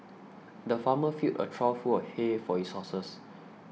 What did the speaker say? the farmer filled a trough full of hay for his horses